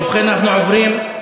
ובכן, אנחנו עוברים,